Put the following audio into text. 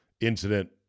incident